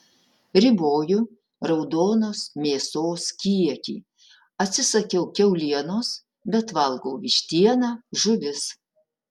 riboju raudonos mėsos kiekį atsisakiau kiaulienos bet valgau vištieną žuvis